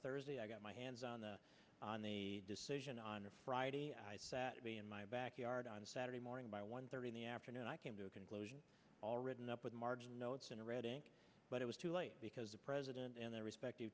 thursday i got my hands on the on the decision on a friday to be in my backyard on saturday morning by one thirty in the afternoon i came to a conclusion all written up with marginal notes in a reading but it was too late because the president and their respective